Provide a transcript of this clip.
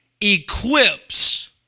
equips